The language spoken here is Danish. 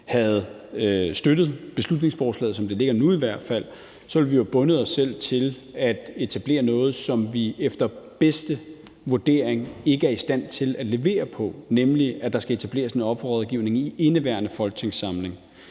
havde støttet beslutningsforslaget, i hvert fald som det ligger nu, ville vi have bundet os selv til at etablere noget, som vi efter bedste vurdering ikke er i stand til at levere på, nemlig at der skal etableres en offerrådgivning i indeværende folketingssamling.